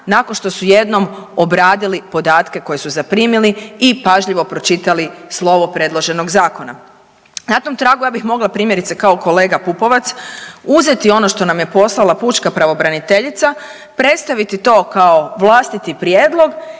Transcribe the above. nakon što su jednom obradili podatke koje su zaprimili i pažljivo pročitali slovo predloženog zakona. Na tom tragu ja bih mogla primjerice kao kolega Pupovac uzeti ono što nam je poslala pučka pravobraniteljica, predstaviti to kao vlastiti prijedlog